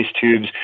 tubes